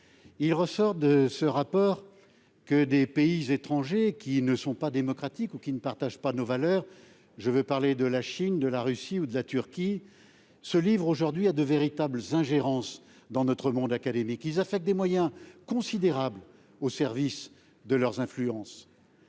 Il en ressort que des pays étrangers qui ne sont pas démocratiques ou qui ne partagent pas nos valeurs- je veux parler de la Chine, de la Russie ou de la Turquie -se livrent aujourd'hui à de véritables ingérences dans notre monde académique. Ils affectent des moyens considérables au service de leurs influences.